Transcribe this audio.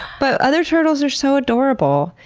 but other turtles are so adorable.